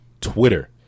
Twitter